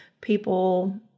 people